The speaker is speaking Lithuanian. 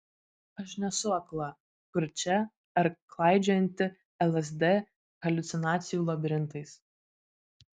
aš nesu akla kurčia ar klaidžiojanti lsd haliucinacijų labirintais